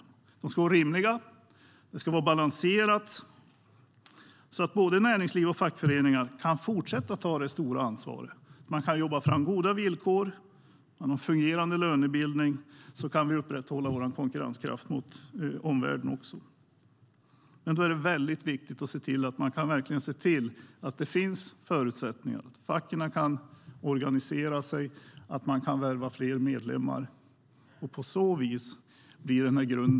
Dessa ska vara rimliga och balanserade så att både näringsliv och fackföreningar kan fortsätta att ta ett stort ansvar. Om man kan jobba fram goda villkor och ha en fungerande lönebildning kan vi upprätthålla vår konkurrenskraft mot omvärlden. Men då är det viktigt att verkligen se till att det finns förutsättningar för facken att organisera sig och värva fler medlemmar.